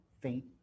faint